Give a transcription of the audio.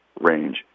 range